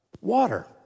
Water